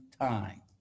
time